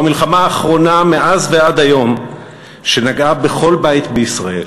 זו המלחמה האחרונה מאז ועד היום שנגעה בכל בית בישראל,